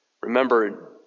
remember